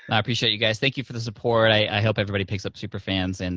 i appreciate you guys. thank you for the support. i hope everybody picks up superfans. and